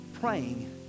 Praying